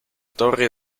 torre